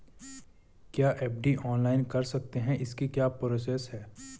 क्या FD online कर सकते हैं इसकी क्या प्रोसेस है?